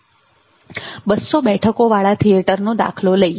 250 બેઠકો વાળા થિયેટરનો દાખલો લઈએ